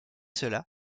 cela